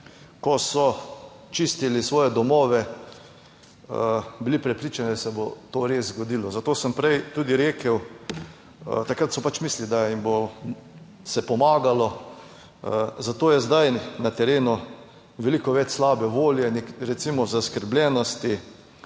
ko so čistili svoje domove, bili prepričani, da se bo to res zgodilo, zato sem prej tudi rekel, takrat so pač mislili, da jim bo se pomagalo, zato je zdaj na terenu veliko več slabe volje in recimo zaskrbljenosti,